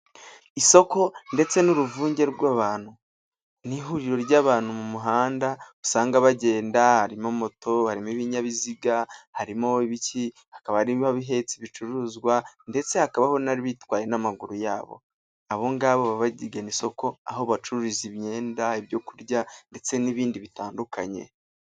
Isoko ndetse n'uruvunge rw'abantu, ni ihuriro ry'abantu mu muhanda usanga bagenda, harimo moto, ibinyabiziga, harimo ibiki, hakaba ibiba bihetse ibicuruzwa ndetse hakabaho n'abitwaye n'amaguru yabo, abo ngabo baba bagiye mu isoko aho bacururiza imyenda, ibyo kurya ndetse n'ibindi bitandukanye.